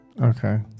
Okay